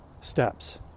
steps